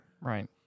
Right